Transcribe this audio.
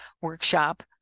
workshop